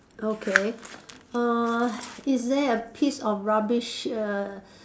okay uh is there a piece of rubbish err